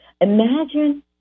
Imagine